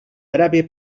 prèvia